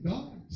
God